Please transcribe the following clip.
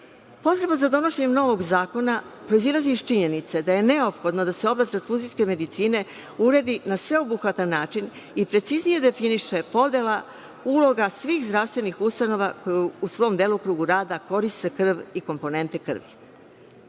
za donošenjem novog zakona proizilazi iz činjenice da je neophodno da se oblast transfuzijske medicine uredi na sveobuhvatan način i preciznije definiše podela uloga svih zdravstvenih ustanova koje u svom delokrugu rada koriste krv i komponente